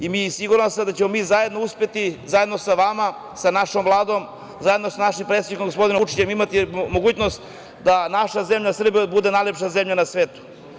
Siguran sam da ćemo zajedno uspeti, zajedno sa vama, sa našom Vladom, zajedno sa našim predsednikom, gospodinom Vučićem, imati mogućnost da naša zemlja Srbija bude najlepša zemlja na svetu.